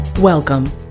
Welcome